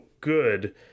good